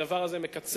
הדבר הזה מקצר,